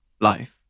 life